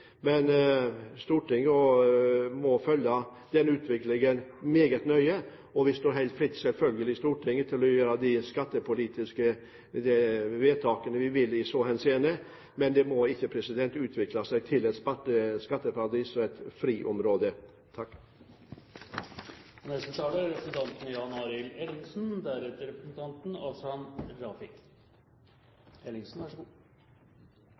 men Stortinget må følge den utviklingen meget nøye. Vi står selvfølgelig helt fritt i Stortinget til å gjøre de skattepolitiske vedtakene vi vil i så henseende, men det må ikke utvikle seg til et skatteparadis og et friområde. Dagens debatt er viktig for veldig mange berørte, og